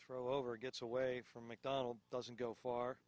thrower gets away from mcdonald doesn't go far